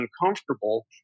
uncomfortable